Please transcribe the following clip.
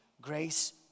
Grace